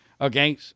Okay